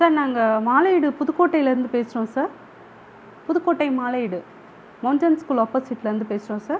sir நாங்கள் மாலையீடு புதுக்கோட்டையிலேருந்து பேசுகிறோம் sir Pudukkottai Malaiyeedu mountain school ஆப்போசிட்லேருந்து பேசுறோம் சார்